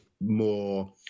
more